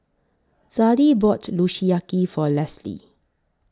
Zadie bought Kushiyaki For Lesley